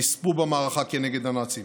נספו במערכה כנגד הנאצים,